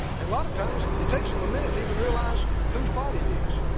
and a lot of times it takes them a minute even realize whose body it is.